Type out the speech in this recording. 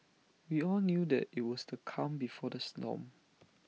we all knew that IT was the calm before the snow